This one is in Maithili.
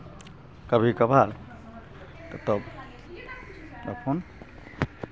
कभी कभार तऽ तब अपन